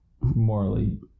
morally